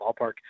ballpark